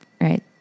right